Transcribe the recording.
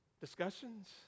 Discussions